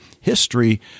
history